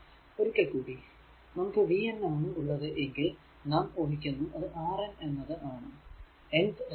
ഒരിക്കൽ കൂടി നമുക്ക് v n ആണ് ഉള്ളത് എങ്കിൽ നാം ഊഹിക്കുന്നു അത് R n എന്നത് ആണ് n th റെസിസ്റ്റർ